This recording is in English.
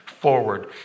forward